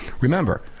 Remember